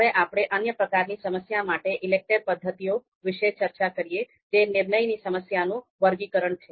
હવે આપણે અન્ય પ્રકારની સમસ્યા માટે ઈલેકટેર પદ્ધતિઓ વિશે ચર્ચા કરીએ જે નિર્ણયની સમસ્યાઓનું વર્ગીકરણ છે